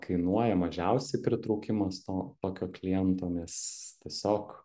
kainuoja mažiausiai pritraukimas to tokio kliento nes tiesiog